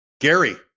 Gary